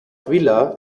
vila